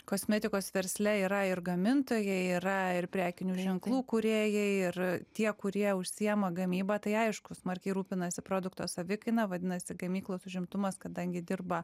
kosmetikos versle yra ir gamintojai yra ir prekinių ženklų kūrėjai ir tie kurie užsiima gamyba tai aišku smarkiai rūpinasi produkto savikaina vadinasi gamyklos užimtumas kadangi dirba